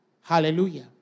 Hallelujah